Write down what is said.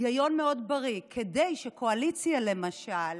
היגיון מאוד בריא: כדי שקואליציה, למשל,